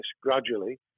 gradually